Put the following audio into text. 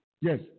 Yes